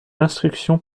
l’instruction